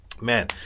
Man